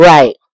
Right